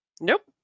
nope